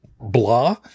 blah